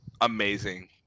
amazing